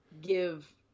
give